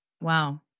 Wow